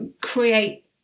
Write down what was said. Create